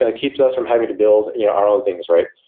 ah keeps us from having to build you know our own things, right?